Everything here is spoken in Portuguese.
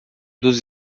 dos